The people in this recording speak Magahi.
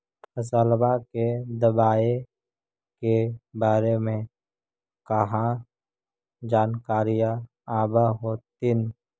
फसलबा के दबायें के बारे मे कहा जानकारीया आब होतीन?